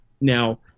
Now